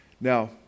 Now